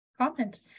comment